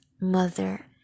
Mother